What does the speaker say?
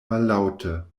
mallaŭte